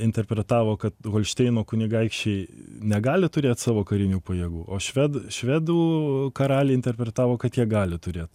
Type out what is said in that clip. interpretavo kad holšteino kunigaikščiai negali turėt savo karinių pajėgų o šved švedų karaliai interpretavo kad jie gali turėt